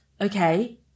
Okay